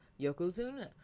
yokozuna